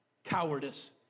Cowardice